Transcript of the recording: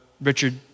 Richard